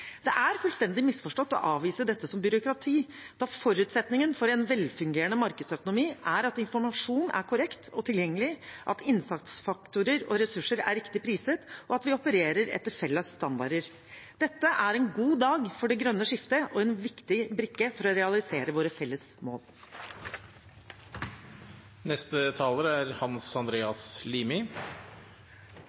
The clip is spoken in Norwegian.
Det er fullstendig misforstått å avvise dette som byråkrati, da forutsetningen for en velfungerende markedsøkonomi er at informasjonen er korrekt og tilgjengelig, at innsatsfaktorer og ressurser er riktig priset, og at vi opererer etter felles standarder. Dette er en god dag for det grønne skiftet og en viktig brikke for å realisere våre felles mål. Det er